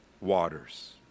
waters